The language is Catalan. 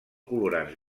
colorants